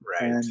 Right